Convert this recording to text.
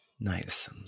Nice